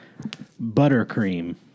Buttercream